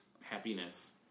happiness